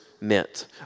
meant